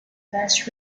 less